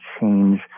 change